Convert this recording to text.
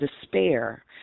despair